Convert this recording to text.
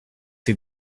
see